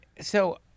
So-